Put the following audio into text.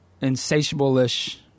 Insatiable-ish